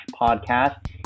podcast